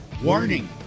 Warning